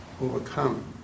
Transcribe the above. overcome